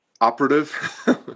operative